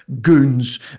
goons